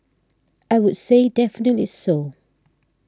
I would say definitely so